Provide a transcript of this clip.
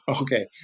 Okay